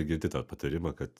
girdi tą patarimą kad